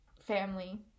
family